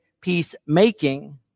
peacemaking